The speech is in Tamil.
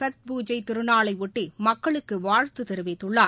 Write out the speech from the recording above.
சத் பூஜை திருநாளையொட்டி மக்களுக்கு வாழ்த்து தெரிவித்துள்ளார்